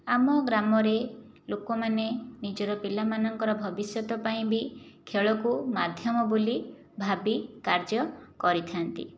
ଆମ ଗ୍ରାମରେ ଲୋକମାନେ ନିଜର ପିଲାମାନଙ୍କର ଭବିଷ୍ୟତ ପାଇଁ ବି ଖେଳକୁ ମାଧ୍ୟମ ବୋଲି ଭାବି କାର୍ଯ୍ୟ କରିଥାନ୍ତି